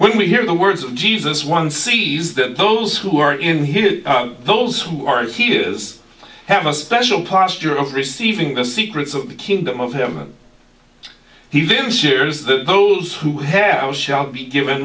when we hear the words of jesus one sees that those who are in him those who are and hears have a special posture of receiving the secrets of the kingdom of heaven he then shares those who have shall be given